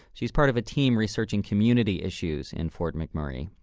she's part of a team researching community issues in fort mcmurray.